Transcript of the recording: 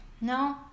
No